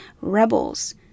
rebels